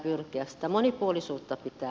sitä monipuolisuutta lisää